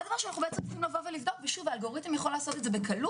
דבר נוסף שאנחנו צריכים לבדוק והאלגוריתם יכול לעשות את זה בקלות,